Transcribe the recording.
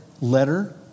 letter